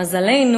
למזלנו,